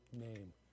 name